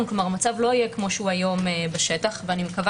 כלומר המצב לא יהיה כפי שהוא היום בשטח ואני מקווה